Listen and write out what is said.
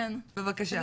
בבקשה.